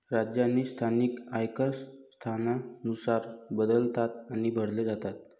राज्य आणि स्थानिक आयकर स्थानानुसार बदलतात आणि भरले जातात